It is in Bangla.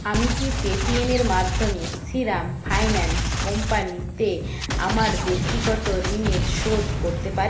আমি কি পেটিএমের মাধ্যমে শ্রীরাম ফাইন্যান্স কোম্পানি তে আমার ব্যক্তিগত ঋণের শোধ করতে পারি